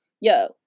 Yo